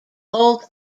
old